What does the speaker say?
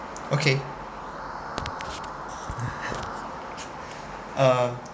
okay uh